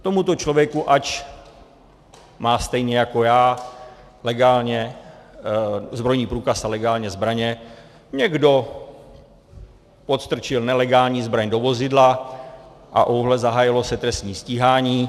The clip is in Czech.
Tomuto člověku, ač má stejně jako já legálně zbrojní průkaz a legálně zbraně, někdo podstrčil nelegální zbraň do vozidla, a ejhle, zahájilo se trestní stíhání.